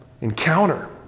encounter